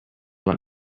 let